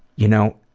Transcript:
you know,